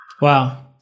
Wow